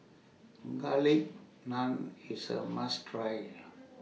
Garlic Naan IS A must Try